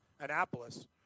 Annapolis